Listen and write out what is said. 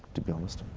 to be honest.